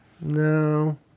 No